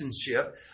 citizenship